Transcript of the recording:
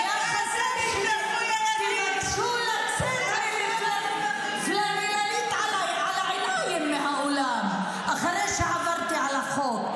היה חסר שתבקשו לצאת מהאולם עם פלנלית על העיניים אחרי שעברתי על החוק.